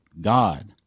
God